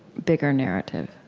bigger narrative?